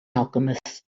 alchemist